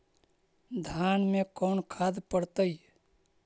धान मे कोन खाद पड़तै?